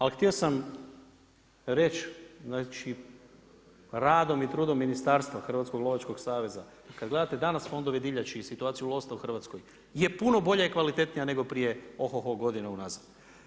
Ali htio sam reći znači, radom i trudom ministarstva, Hrvatskog lovačkog saveza, kada gledate danas fondove divljači i situaciju lovstva u Hrvatskoj je puno bolja i kvalitetnije nego prije oho-ho godina unazad.